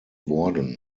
worden